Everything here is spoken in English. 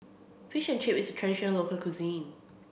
Fish and Chips is a traditional local cuisine